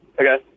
Okay